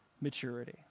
maturity